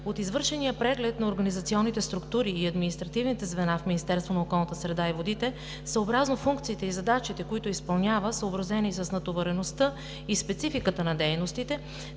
От извършения преглед на организационните структури и административните звена в Министерството на околната среда и водите, съобразно функциите и задачите, които изпълнява, съобразени с натовареността и спецификата на дейностите,